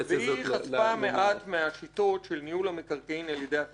היא חשפה מעט מהשיטות של ניהול המקרקעין על-ידי החטיבה.